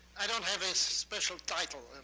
i don't have a special title.